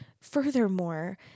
furthermore